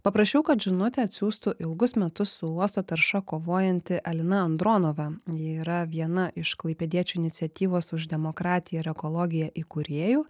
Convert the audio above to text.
paprašiau kad žinutę atsiųstų ilgus metus su uosto tarša kovojanti alina andronova ji yra viena iš klaipėdiečių iniciatyvos už demokratiją ir ekologiją įkūrėjų